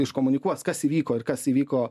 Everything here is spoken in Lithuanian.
iškomunikuos kas įvyko ir kas įvyko